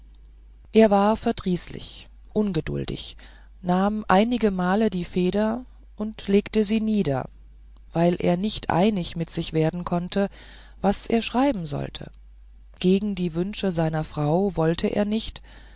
er war verdrießlich ungeduldig nahm einigemal die feder und legte sie nieder weil er nicht einig mit sich werden konnte was er schreiben sollte gegen die wünsche seiner frau wollte er nicht